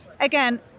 again